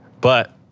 But-